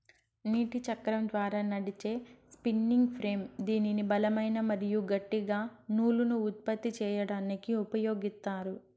నీటి చక్రం ద్వారా నడిచే స్పిన్నింగ్ ఫ్రేమ్ దీనిని బలమైన మరియు గట్టి నూలును ఉత్పత్తి చేయడానికి ఉపయోగిత్తారు